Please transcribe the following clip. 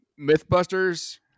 Mythbusters